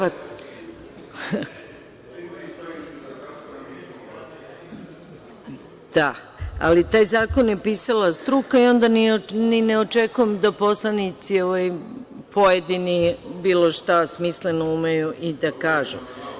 Ali, taj zakon je pisala struka i onda i ne očekujem da poslanici pojedini bilo šta smisle, ne umeju i da kažu.